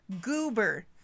goober